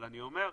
אבל אני אומר,